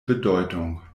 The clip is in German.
bedeutung